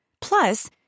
Plus